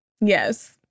Yes